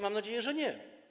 Mam nadzieję, że nie.